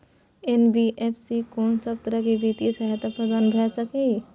NBFC स कोन सब तरह के वित्तीय सहायता प्रदान भ सके इ? इ